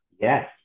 Yes